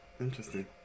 interesting